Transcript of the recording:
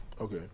Okay